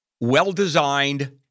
well-designed